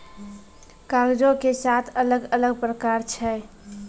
कागजो के सात अलग अलग प्रकार छै